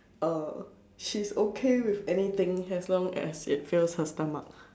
oh oh she's okay with anything as long as it fills her stomach